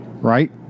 right